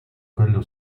quello